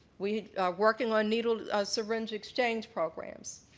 we're working on needle syringe exchange programs.